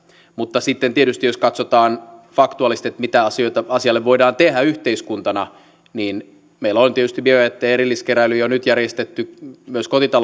mutta sitten tietysti jos katsotaan faktuaalisesti mitä asioita asialle voidaan tehdä yhteiskuntana niin meillä on tietysti biojätteen erilliskeräily jo nyt järjestetty myös kotita